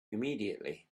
immediately